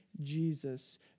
Jesus